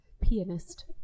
Pianist